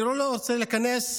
אני לא רוצה להיכנס